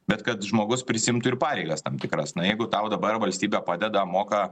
bet kad žmogus prisiimtų ir pareigas tam tikras na jeigu tau dabar valstybė padeda moka